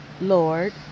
Lord